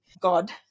god